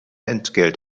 entgelt